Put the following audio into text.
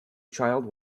child